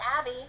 Abby